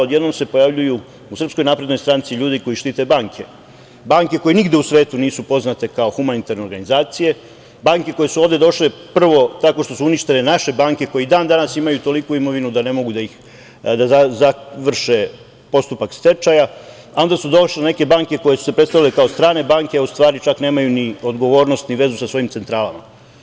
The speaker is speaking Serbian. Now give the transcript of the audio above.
Odjednom se pojavljuju u SNS ljudi koji štite banke, banke koje nigde u svetu nisu poznate kao humanitarne organizacije, banke koje su ovde došle prvo tako što su uništile naše banke koje i dan danas imaju toliku imovinu da ne mogu da završe postupak stečaja, a onda su došle neke banke koje su se predstavile kao strane banke, a u stvari čak nemaju ni odgovornost, ni vezu sa svojim centralama.